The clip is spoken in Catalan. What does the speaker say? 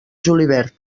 julivert